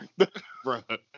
Bruh